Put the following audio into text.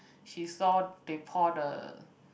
she saw they pour the